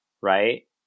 right